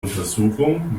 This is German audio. untersuchung